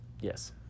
Yes